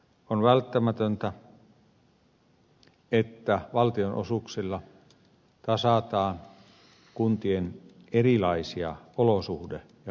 on välttämätöntä että valtionosuuksilla tasataan kuntien erilaisia olosuhde ja palvelutarvetekijöitä